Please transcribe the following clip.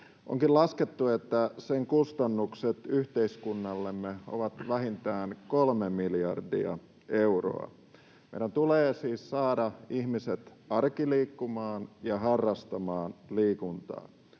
Onkin laskettu, että sen kustannukset yhteiskunnallemme ovat vähintään 3 miljardia euroa. Meidän tulee siis saada ihmiset arkiliikkumaan ja harrastamaan liikuntaa.